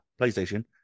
PlayStation